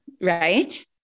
right